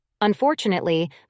Unfortunately